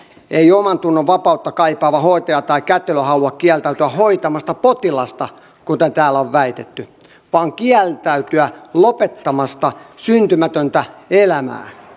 ei omantunnonvapautta kaipaava hoitaja tai kätilö halua kieltäytyä hoitamasta potilasta kuten täällä on väitetty vaan kieltäytyä lopettamasta syntymätöntä elämää